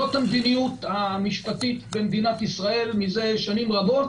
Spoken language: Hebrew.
זאת המדיניות המשפטית במדינת ישראל מזה שנים רבות,